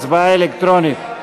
ההצבעה אלקטרונית.